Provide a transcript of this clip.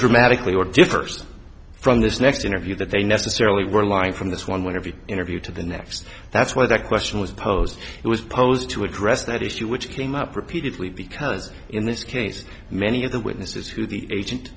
dramatically or differs from this next interview that they necessarily were lined from this one with every interview to the next that's why that question was posed it was posed to address that issue which came up repeatedly because in this case many of the witnesses who the agent